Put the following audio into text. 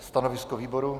Stanovisko výboru?